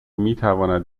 میتواند